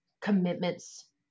commitments